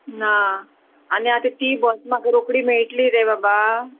ना आनी आतां ती बस म्हाका रोकडी मेळटली रे बाबा